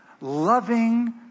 loving